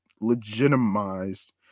legitimized